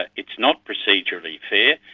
ah it's not procedurally fair,